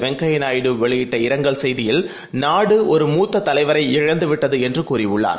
வெங்கய்யநாயுடுவெளியிட்டஇரங்கல்செய்தியில் நாடுஒருமூத்ததலைவரைஇழந்துவிட்டதுஎன்றுகூறியுள்ளார்